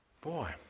Boy